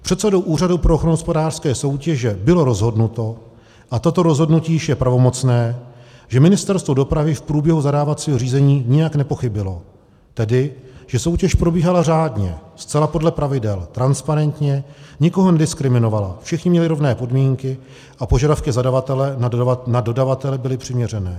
Předsedou Úřadu pro ochranu hospodářské soutěže bylo rozhodnuto a toto rozhodnutí již je pravomocné že Ministerstvo dopravy v průběhu zadávacího řízení nijak nepochybilo, tedy že soutěž probíhala řádně, zcela podle pravidel, transparentně, nikoho nediskriminovala, všichni měli rovné podmínky a požadavky zadavatele na dodavatele byly přiměřené.